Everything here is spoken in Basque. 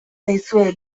zaizue